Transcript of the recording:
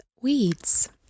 weeds